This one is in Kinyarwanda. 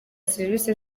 serivisi